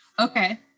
Okay